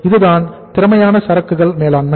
இதுதான் திறமையான சரக்குகள் மேலாண்மை